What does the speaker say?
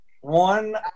one